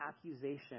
accusation